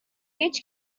each